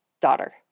daughter